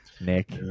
Nick